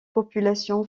population